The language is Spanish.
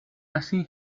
así